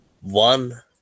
One